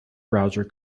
browser